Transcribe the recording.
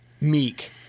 meek